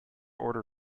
order